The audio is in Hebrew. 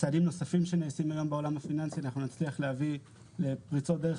צעדים נוספים שנעשים היום בעולם פיננסי אנחנו נצליח להביא לפריצות דרך